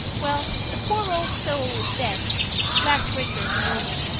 well, the poor old soul is dead last winter of pneumonia.